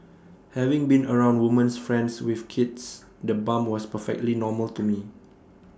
having been around women's friends with kids the bump was perfectly normal to me